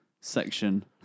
section